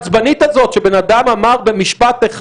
העצבנית הזאת שבן אדם אמר במשפט אחד